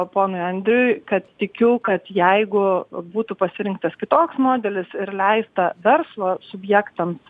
ponui andriui kad tikiu kad jeigu būtų pasirinktas kitoks modelis ir leista verslo subjektams